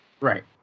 Right